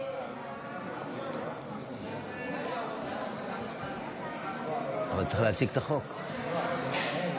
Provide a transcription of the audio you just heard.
חברי הכנסת, נעבור להצבעה, הצעת חוק לפיצוי